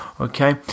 Okay